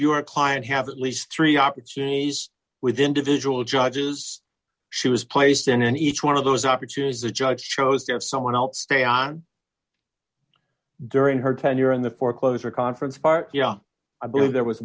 your client have at least three opportunities with individual judges she was placed in and each one of those opportunities the judge shows there's someone else stay on during her tenure in the foreclosure conference part yeah i believe there was